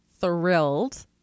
thrilled